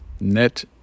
net